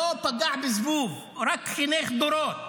לא פגע בזבוב, רק חינך דורות.